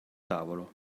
tavolo